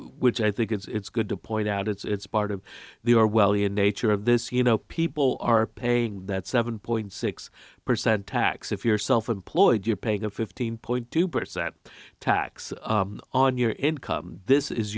which i think it's good to point out it's part of the orwellian nature of this you know people are paying that seven point six percent tax if you're self employed you're paying a fifteen point two percent tax on your income this is